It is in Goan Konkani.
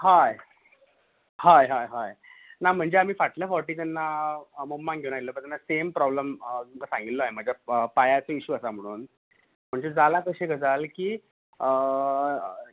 हय हय हय हय ना म्हणजे आमी फाटल्या फावटीं जेन्ना मम्मांक घेवन आयिल्लो पळय तेन्ना सेम प्रॉब्लम तुमकां सांगिल्लो हांव म्हाज्या पांयाचो इसू आसा म्हुणून म्हणजे जालात अशी गजाल की